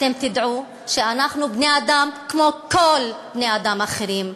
אתם תדעו שאנחנו בני-אדם כמו כל בני-אדם אחרים.